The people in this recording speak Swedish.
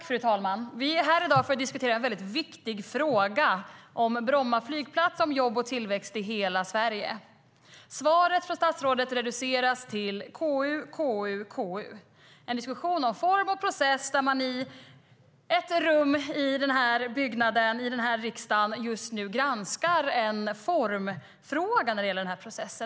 Fru talman! Vi är här i dag för att diskutera en mycket viktig fråga om Bromma flygplats och om jobb och tillväxt i hela Sverige. Svaret från statsrådet reduceras till KU, KU och KU. Det är en diskussion om form och process, där man i ett rum i denna riksdag just nu granskar en formfråga när det gäller denna process.